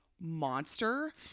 monster